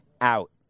out